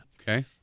Okay